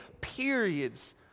periods